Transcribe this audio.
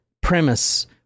premise